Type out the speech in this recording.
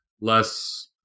less